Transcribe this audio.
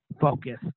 focus